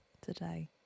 today